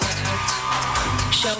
Show